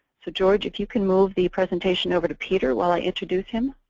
so george, if you can move the presentation over to peter while i introduce him.